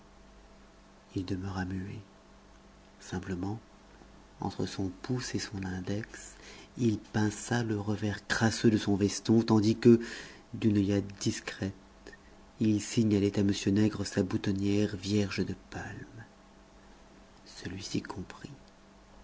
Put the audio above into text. il demeura muet simplement entre son pouce et son index il pinça le revers crasseux de son veston tandis que d'une œillade discrète il signalait à m nègre sa boutonnière vierge de palmes celui-ci comprit